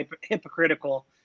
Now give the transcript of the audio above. hypocritical